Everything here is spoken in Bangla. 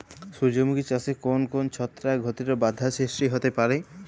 সূর্যমুখী চাষে কোন কোন ছত্রাক ঘটিত বাধা সৃষ্টি হতে পারে?